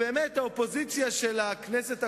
באמת, האופוזיציה של הכנסת הקודמת,